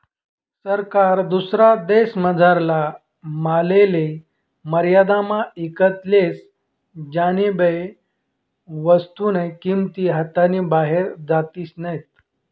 सरकार दुसरा देशमझारला मालले मर्यादामा ईकत लेस ज्यानीबये वस्तूस्न्या किंमती हातनी बाहेर जातीस नैत